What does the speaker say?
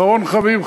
אחרון חביב,